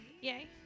yay